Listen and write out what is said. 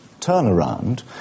turnaround